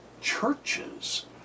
churches